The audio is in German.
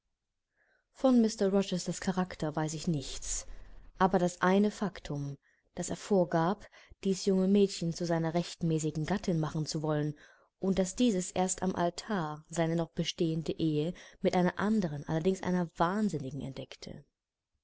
von mr rochesters charakter weiß ich nichts aber das eine faktum daß er vorgab dies junge mädchen zu seiner rechtmäßigen gattin machen zu wollen und daß dieses erst am altar seine noch bestehende ehe mit einer anderen allerdings einer wahnsinnigen entdeckte